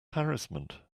harassment